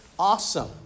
Awesome